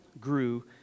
grew